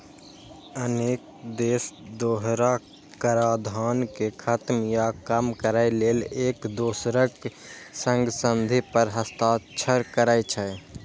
अनेक देश दोहरा कराधान कें खत्म या कम करै लेल एक दोसरक संग संधि पर हस्ताक्षर करै छै